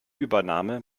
übernahme